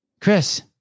Chris